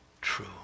true